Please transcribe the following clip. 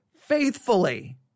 faithfully